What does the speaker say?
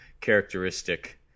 characteristic